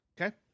Okay